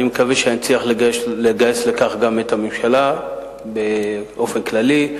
אני מקווה שאני אצליח לגייס לכך את הממשלה באופן כללי,